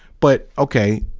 but okay,